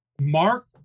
Mark